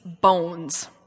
bones